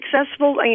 accessible